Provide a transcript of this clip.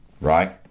right